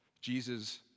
Jesus